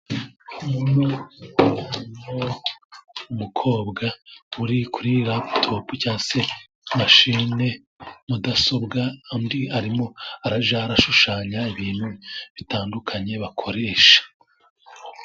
Umukobwa uri kuri raputopu cyangwa se mashine mudasobwa, arimo arajya ashushanya ibintu bitandukanye bakoresha.